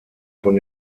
von